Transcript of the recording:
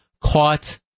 caught